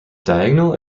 diagonal